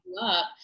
up